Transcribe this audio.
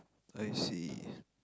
I see